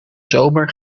zomer